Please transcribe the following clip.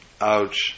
ouch